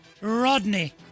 Rodney